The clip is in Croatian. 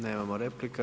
Nemamo replika.